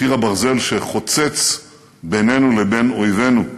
קיר הברזל שחוצץ בינינו לבין אויבנו.